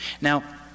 Now